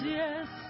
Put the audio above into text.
yes